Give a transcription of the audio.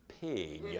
pig